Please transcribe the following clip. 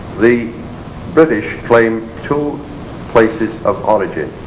the british claim two places of origin,